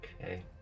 Okay